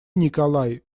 николай